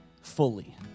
fully